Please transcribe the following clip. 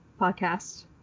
Podcast